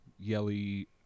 Yelly